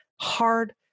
hard